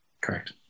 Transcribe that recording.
Correct